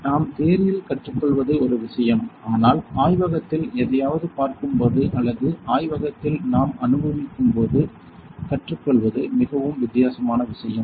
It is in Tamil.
நாம் தியரியில் கற்றுக்கொள்வது ஒரு விஷயம் ஆனால் ஆய்வகத்தில் எதையாவது பார்க்கும்போது அல்லது ஆய்வகத்தில் நாம் அனுபவிக்கும் போது கற்றுக்கொள்வது மிகவும் வித்தியாசமான விஷயம்